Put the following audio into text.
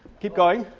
keep going,